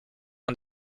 uns